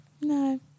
No